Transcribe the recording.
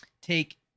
take